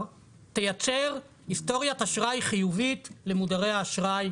תייצר היסטוריית אשראי חיובית למודרי אשראי,